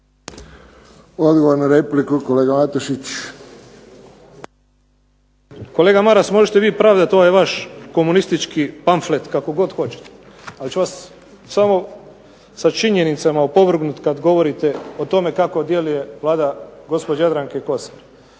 Odgovor na repliku, kolega Matušić. **Matušić, Frano (HDZ)** Kolega Maras, možete vi pravdati ovaj vaš komunistički pamflet kako god hoćete, ali ću vas samo sa činjenicama opovrgnuti kad govorite o tome kako djeluje Vlada gospođe Jadranke Kosor.